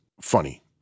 funny